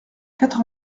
quatre